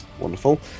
Wonderful